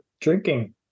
drinking